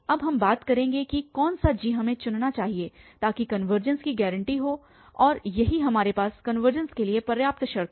अब हम बात करेंगे कि कौन सा g हमें चुनना चाहिए ताकि कनवर्जेंस की गारंटी हो और यही हमारे पास कनवर्जेंस के लिए पर्याप्त शर्त है